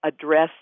address